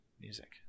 music